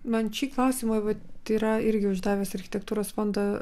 man šį klausimą vat yra irgi uždavęs architektūros fondo